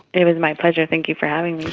it was my pleasure, thank you for having me.